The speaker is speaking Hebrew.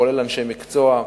כולל אנשי מקצוע,